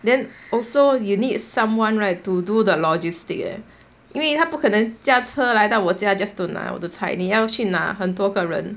then also you need someone right to do the logistic leh 因为它不可能驾车来到我家 just to 拿我的菜你要去拿很多个人